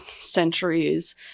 centuries